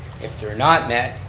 if they're not met,